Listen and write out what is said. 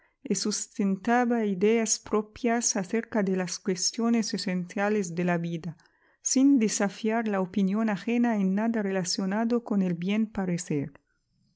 y sustentaba ideas propias acerca de las cuestiones esenciales de la vida sin desafiar la opinión ajena en nada relacionado con el bien parecer